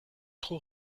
trop